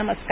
नमस्कार